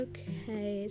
Okay